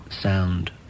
sound